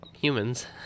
humans